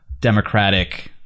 Democratic